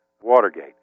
Watergate